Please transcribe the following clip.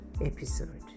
episode